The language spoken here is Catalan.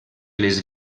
les